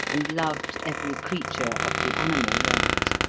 and loved every creature of the animal world.